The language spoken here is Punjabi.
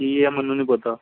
ਕੀ ਆ ਮੈਨੂੰ ਨਹੀਂ ਪਤਾ